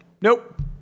Nope